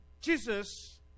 Jesus